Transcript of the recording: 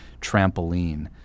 trampoline